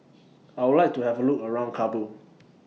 I Would like to Have A Look around Kabul